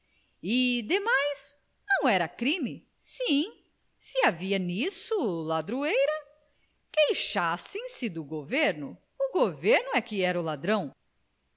e demais não era crime sim se havia nisso ladroeira queixassem se do governo o governo é que era o ladrão